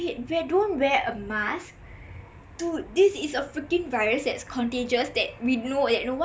wait don't wear a mask do this is a freaking virus that is contagious that we know that no one